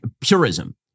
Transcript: purism